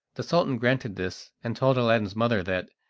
the sultan granted this, and told aladdin's mother that,